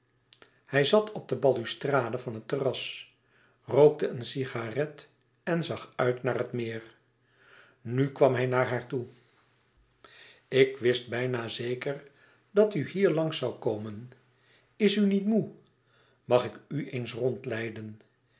hij zat op de balustrade van het terras rookte een cigarette en zag uit naar het meer nu kwam hij naar haar toe ik wist bijna zeker dat u hier langs zoû komen is u niet moê mag ik u eens